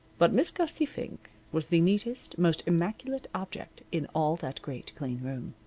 but miss gussie fink was the neatest, most immaculate object in all that great, clean room.